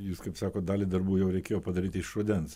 jūs kaip sakot dalį darbų jau reikėjo padaryti iš rudens